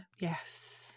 Yes